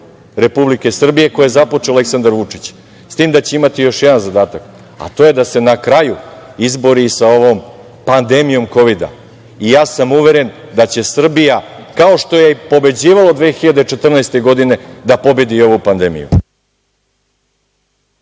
Republike Srbije koji je započeo Aleksandar Vučić, s tim da će imati još jedan zadatak, a to je da se na kraju izbori sa ovom pandemijom KOVID-a, ja sam uveren da će Srbija kao što je pobeđivala 2014. godine da pobedi i ovu pandemiju.